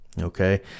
okay